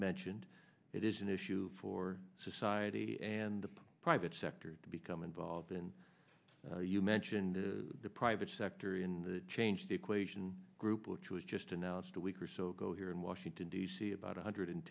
mentioned it is an issue for society and the private sector to become involved in you mentioned the private sector in the changed equation group which was just announced a week or so ago here in washington d c about one hundred